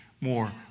more